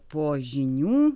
po žinių